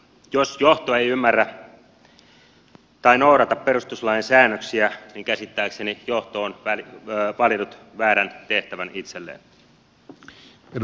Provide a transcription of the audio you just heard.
jos johto ei ymmärrä tai noudata perustuslain säännöksiä niin käsittääkseni johto on valinnut väärän tehtävän itselleen